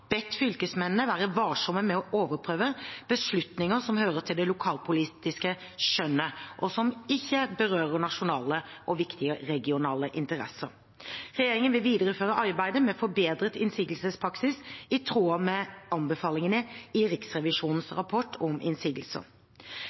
bedt fylkesmennene være varsomme med å overprøve beslutninger som hører til det lokalpolitiske skjønnet, og som ikke berører nasjonale og viktige regionale interesser. Regjeringen vil videreføre arbeidet med forbedret innsigelsespraksis i tråd med anbefalingene i Riksrevisjonens rapport om innsigelser.